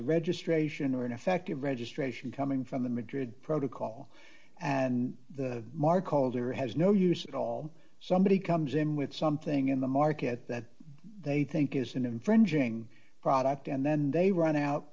a registration or an effective registration coming from the madrid protocol and the mark holder has no use at all somebody comes in with something in the market that they think is an infringing product and then they run out